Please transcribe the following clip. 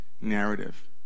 narrative